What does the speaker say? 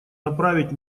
направить